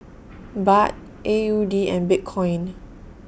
Baht A U D and Bitcoin